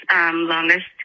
longest